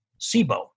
SIBO